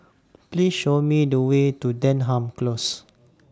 Please Show Me The Way to Denham Close